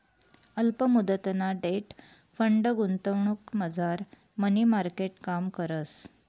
अल्प मुदतना debt fund गुंतवणुकमझार मनी मार्केट काम करस